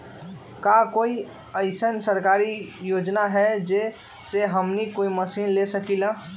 का कोई अइसन सरकारी योजना है जै से हमनी कोई मशीन ले सकीं ला?